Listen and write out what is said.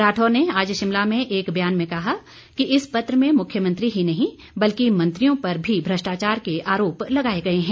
राठौर ने आज शिमला में एक बयान में कहा कि इस पत्र में मुख्यमंत्री ही नहीं बल्कि मंत्रियों पर भी भ्रष्टाचार के आरोप लगाए गए हैं